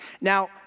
Now